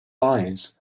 lions